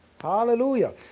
hallelujah